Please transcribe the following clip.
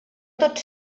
tots